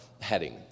heading